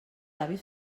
avis